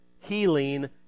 Healing